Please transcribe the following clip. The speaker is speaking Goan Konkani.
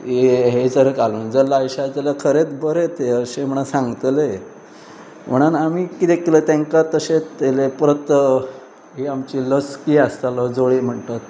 हे हें जर घालून जर लायश्यात जाल्यार खरेंच बरें तें अशें म्हण सांगतले म्हणोन आमी कितें केलें तेंकां तशेंच व्हेले परत ही आमची लसकी आसतालो जोळी म्हणटात